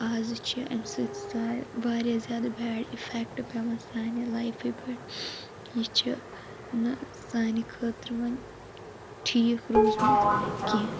آز چھ امہِ سۭتۍ سا وارِیاہ زیادٕ بیڈ اِفیٚکٹ پیٚوان سانہِ لایفہِ پٮ۪ٹھ یہٕ چھ نہٕ سانہٕ خٲطرٕ وۄنۍ ٹھیک روزمٕژ کیٚنٛہہ